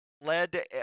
led